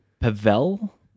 Pavel